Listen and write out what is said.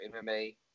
MMA